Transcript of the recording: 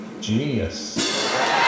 Genius